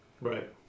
Right